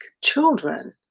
children